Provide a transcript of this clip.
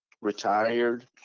retired